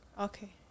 Okay